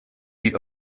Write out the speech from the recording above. die